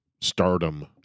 stardom